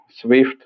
SWIFT